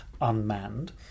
unmanned